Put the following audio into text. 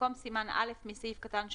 במקום "סימן (א) מסעיף קטן (3)